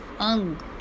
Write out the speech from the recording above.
Ang